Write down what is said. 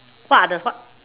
what are the what